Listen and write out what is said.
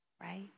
Right